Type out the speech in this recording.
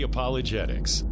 Apologetics